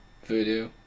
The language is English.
Voodoo